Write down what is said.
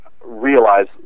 realize